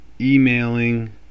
emailing